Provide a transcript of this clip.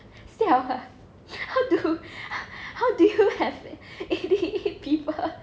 siao ah how do how do you have eighty eight people